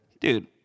Dude